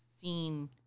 seen